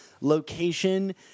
location